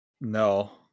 No